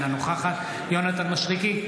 אינה נוכחת יונתן מישרקי,